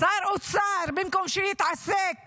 שר אוצר, במקום שיתעסק